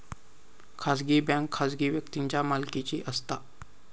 खाजगी बँक खाजगी व्यक्तींच्या मालकीची असता